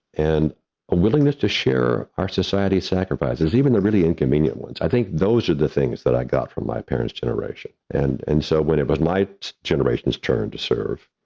and a willingness to share our society sacrifices, even the really inconvenient ones. i think those are the things that i got from my parent's generation, and, and so, when it was but my generations turn to serve,